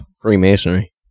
Freemasonry